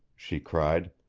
she cried.